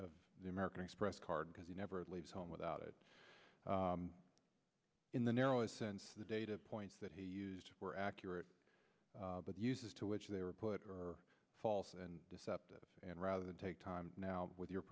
of the american express card because he never leaves home without it in the narrowest sense the data points that he used were accurate but uses to which they were put or false and deceptive and rather than take time now with your